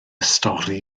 stori